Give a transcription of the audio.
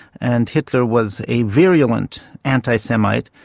and hitler was a virulent anti-semite,